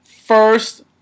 first